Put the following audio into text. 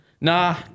Nah